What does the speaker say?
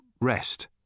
rest